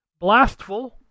Blastful